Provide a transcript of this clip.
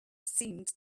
seemed